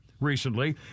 recently